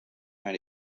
and